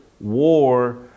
war